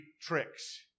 tricks